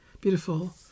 beautiful